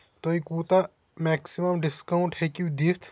تُہۍ کوٗتاہ maximum discount ہیٚکِو دِتھ